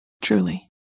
Truly